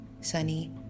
Sunny